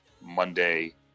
Monday